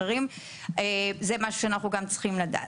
זה משהו שאנחנו גם צריכים לדעת.